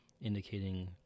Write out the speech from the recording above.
indicating